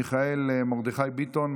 מיכאל מרדכי ביטון,